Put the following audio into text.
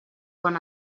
quan